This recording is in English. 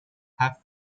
half